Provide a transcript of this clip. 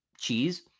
cheese